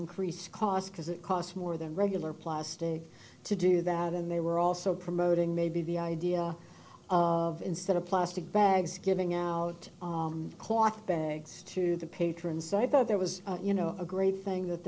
increase cost because it costs more than regular plastic to do that and they were also promoting maybe the idea of instead of plastic bags giving out cloth bags to the patrons i thought there was you know a great thing that